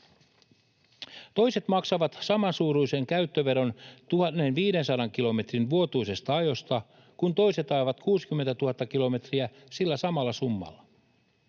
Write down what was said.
Toiset maksavat samansuuruisen käyttöveron 1 500 kilometrin vuotuisesta ajosta, kun toiset ajavat 60 000 kilometriä sillä samalla summalla,